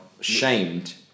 shamed